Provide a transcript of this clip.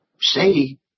say